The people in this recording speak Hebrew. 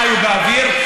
חיו באוויר?